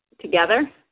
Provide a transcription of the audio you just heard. together